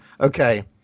okay